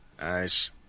Nice